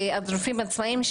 הרשימות.